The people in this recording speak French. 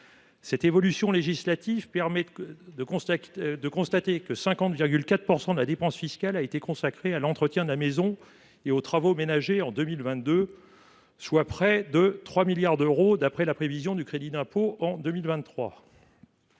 Cette évolution législative permet de constater que 50,4 % de la dépense fiscale a été consacrée à l’entretien de la maison et aux travaux ménagers en 2022, soit près de 3 milliards d’euros d’après la prévision du crédit d’impôt en 2023.